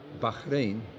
Bahrain